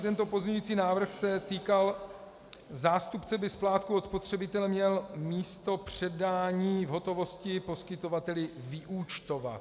Tento pozměňující návrh se týkal zástupce by splátku od spotřebitele měl místo předání v hotovosti poskytovateli vyúčtovat.